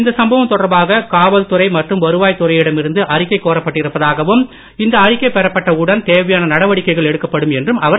இந்த சம்பவம் தொடர்பாக காவல்துறை மற்றும் வருவாய் துறையிடம் இருந்து அறிக்கை கோரப்பட்டிருப்பதாகவும் இந்த அறிக்கை பெறப்பட்ட உடன் தேவையான நடவடிக்கைகள் எடுக்கப்படும் என்றும் அவர் தெரிவித்தார்